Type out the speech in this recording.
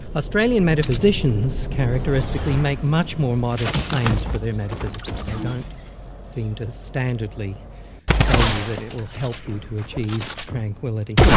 australian metaphysicians characteristically make much more modest claims for their metaphysics they don't seem to standardly tell you that it will help you to achieve tranquility.